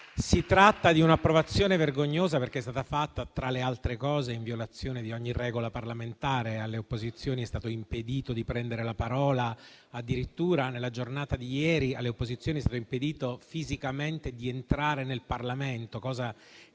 si tratta di un'approvazione vergognosa perché, tra le altre cose, è stata fatta in violazione di ogni regola parlamentare: alle opposizioni è stato impedito di prendere la parola; addirittura, nella giornata di ieri, alle opposizioni è stato impedito fisicamente di entrare nel Parlamento, cosa